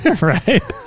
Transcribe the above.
Right